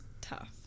tough